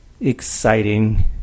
Exciting